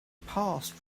passed